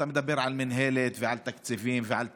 אתה מדבר על מינהלת ועל תקציבים ועל תחנות.